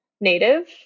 native